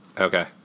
Okay